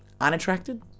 unattracted